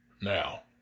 Now